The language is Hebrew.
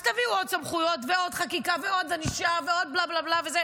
אז תביאו עוד סמכויות ועוד חקיקה ועוד ענישה ועוד בלה בלה בלה,